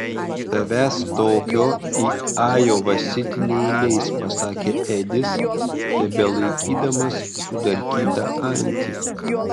tavęs tokio į ajova sitį neįleis pasakė edis tebelaikydamas sudarkytą antį